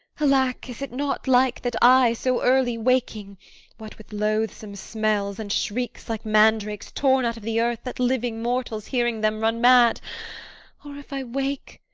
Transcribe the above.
alack, is it not like that i, so early waking what with loathsome smells, and shrieks like mandrakes torn out of the earth, that living mortals, hearing them, run mad o, if i wake,